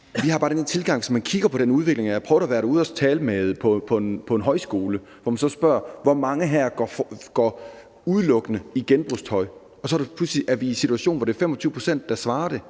Vi har bare den tilgang, at vi kigger på udviklingen. Jeg har prøvet at være ude og tale på en højskole, og når man så spørger om, hvor mange der udelukkende går i genbrugstøj, så er vi pludselig i en situation, hvor det er 25 pct., der svarer, at